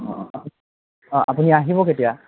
অঁ অঁ আপুনি আহিব কেতিয়া